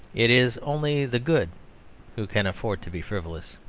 it is only the good who can afford to be frivolous.